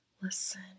listen